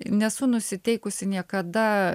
nesu nusiteikusi niekada